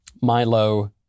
Milo